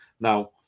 Now